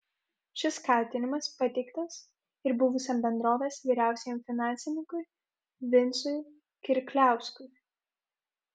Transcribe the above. šis kaltinimas pateiktas ir buvusiam bendrovės vyriausiajam finansininkui vincui kirkliauskui